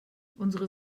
unsere